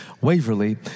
Waverly